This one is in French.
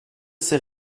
ces